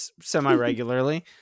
semi-regularly